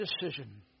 decision